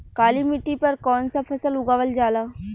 काली मिट्टी पर कौन सा फ़सल उगावल जाला?